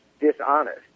dishonest